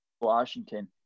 Washington